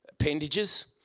appendages